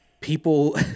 people